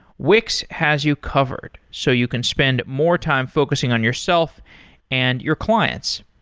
wix has you covered, so you can spend more time focusing on yourself and your clients.